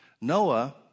Noah